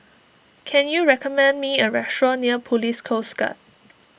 can you recommend me a restaurant near Police Coast Guard